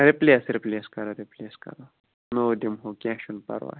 replace replace کَرَو replace کَرَو نوٚو دِمٕہو کیٚنٛہہ چھُنہٕ پرواے